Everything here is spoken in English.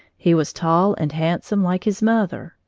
he was tall and handsome, like his mother,